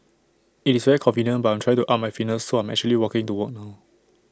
IT is very convenient but I'm try to up my fitness so I'm actually walking to work now